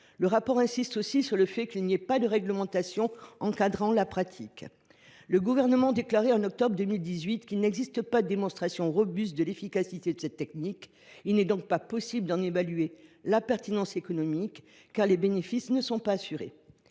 du rapport insistent aussi sur le fait qu’il n’existe pas de réglementation encadrant la pratique. Le Gouvernement déclarait en octobre 2018 qu’« il n’existe pas de démonstration robuste de l’efficacité de cette technique ». Il n’est donc pas possible d’en évaluer la pertinence économique, car les bénéfices ne sont pas assurés.